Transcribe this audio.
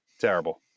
terrible